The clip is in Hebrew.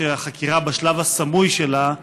כשהחקירה בשלב הסמוי שלה,